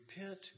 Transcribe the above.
repent